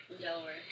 Delaware